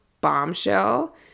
bombshell